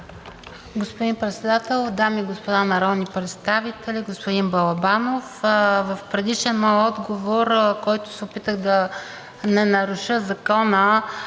Господин Председател, дами и господа народни представители! Господин Балабанов, в предишен мой отговор, в който се опитах да не наруша закона,